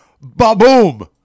ba-boom